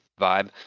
vibe